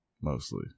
Mostly